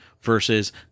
versus